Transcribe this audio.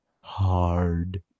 hard